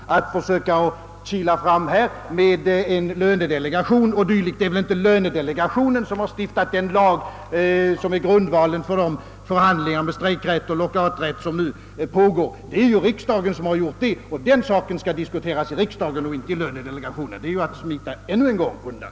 När civilministern hänvisar till riksdagens lönedelegation, vill jag framhålla, att det inte är denna som har stiftat den lag, som är grundvalen för de förhandlingar med inslag av strejk och lockout, vilka nu pågår. Det är riksdagen som har stiftat lagen. Denna fråga skall diskuteras av riksdagen, inte av riksdagens lönedelegation. Detta är att ännu en gång smita undan.